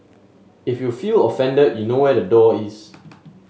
if you feel offended you know where the door is